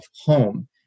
home